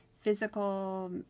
physical